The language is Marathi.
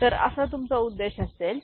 तर असा तुमचा उद्देश असेल